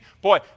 boy